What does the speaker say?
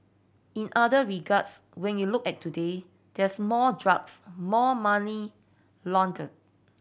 in other regards when you look at today there's more drugs more money laundered